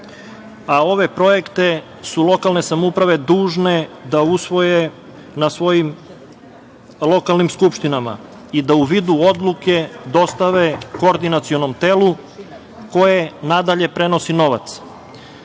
Ove projekte su lokalne samouprave dužne da usvoje na svojim lokalnim skupštinama i da u vidu odluke dostave Koordinacionom telu koje nadalje prenosi novac. Pitam